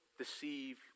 deceive